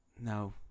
No